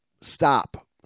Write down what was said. stop